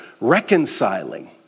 reconciling